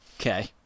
Okay